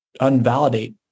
unvalidate